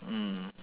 mm